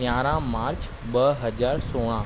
यारहं मार्च ॿ हज़ार सोरहं